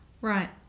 Right